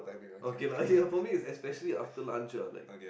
okay lah ya for me it's especially after lunch ah like